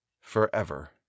forever